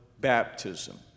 baptism